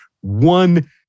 one